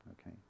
Okay